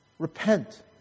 Repent